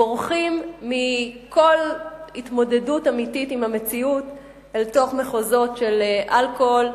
בורחים מכל התמודדות אמיתית עם המציאות אל תוך מחוזות של אלכוהול,